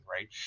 right